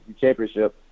championship